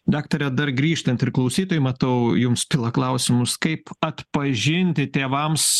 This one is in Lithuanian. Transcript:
daktare dar grįžtant ir klausytojai matau jums kyla klausimus kaip atpažinti tėvams